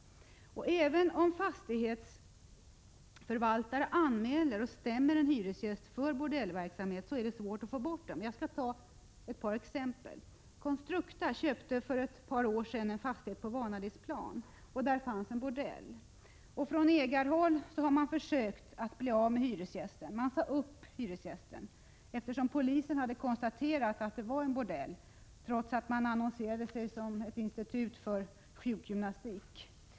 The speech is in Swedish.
Även om fastighetsförvaltare anmäler och stämmer en hyresgäst för bordellverksamhet, är det svårt att få bort hyresgästen. Jag skall ta ett par exempel. Constructa köpte för ett par år sedan en fastighet på Vanadisplan där det fanns en bordell. Från ägarhåll har man försökt bli av med hyresgästen. Hyresgästen sades upp, eftersom polisen hade konstaterat att det var fråga om en bordell, trots att hyresgästen annonserade att detta var ett institut för sjukgymnastik.